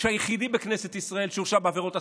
שהוא היחיד בכנסת ישראל שהורשע בעבירות הסתה,